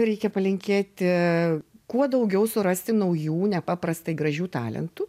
reikia palinkėti kuo daugiau surasti naujų nepaprastai gražių talentų